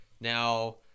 Now